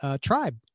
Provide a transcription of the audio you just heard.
tribe